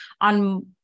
On